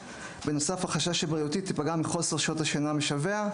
בנוסף החשש שבריאותי תיפגע מחוסר שעות שינה משווע.